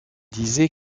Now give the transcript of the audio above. disait